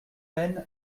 peine